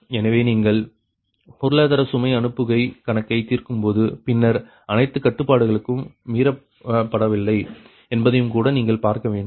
எனவே நீங்கள் பொருளாதார சுமை அனுப்புகை கணக்கை தீர்க்கும் போது பின்னர் அனைத்து கட்டுப்பாடுகளும் மீறப்படவில்லை என்பதையும்கூட நீங்கள் பார்க்க வேண்டும்